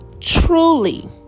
truly